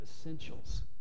essentials